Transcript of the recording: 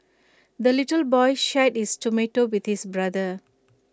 the little boy shared his tomato with his brother